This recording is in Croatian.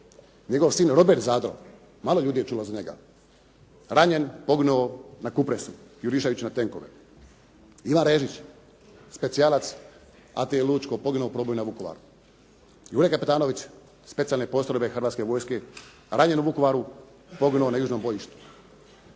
Njegov sin Robert Zadro, malo ljudi je čulo za njega, ranjen, poginuo na Kupresu jurišajući na tenkove. Ivan Režić, specijalac ATI Lučko poginuo u proboju na Vukovar. Jure Kapetanović, specijalne postrojbe Hrvatske vojske ranjen u Vukovaru, poginuo na južnom bojištu.